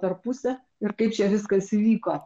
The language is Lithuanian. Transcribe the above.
per pusę ir kaip čia viskas įvyko